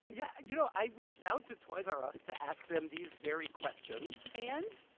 yeah, you know, i reached out to toys r us to ask them these very questions and?